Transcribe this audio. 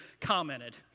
commented